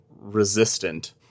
resistant